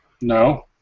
No